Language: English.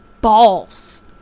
balls